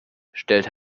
stellte